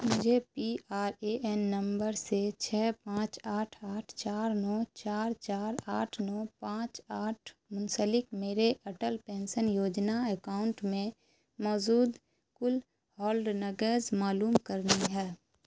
مجھے P R A N number سے چھ پانچ آٹھ آٹھ چار نو چار چار آٹھ نو پانچ آٹھ منسلک میرے اٹل پینشن یوجنا اکاؤنٹ میں موجود کل ہولڈنگز معلوم کرنی ہے